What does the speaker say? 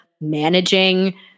managing